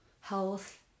health